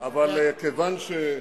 אבל כיוון,